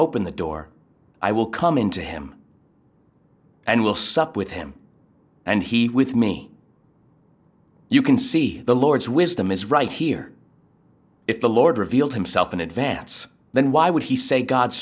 open the door i will come into him and will sup with him and he with me you can see the lord's wisdom is right here if the lord revealed himself in advance then why would he say god's